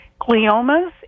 gliomas